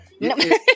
no